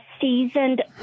seasoned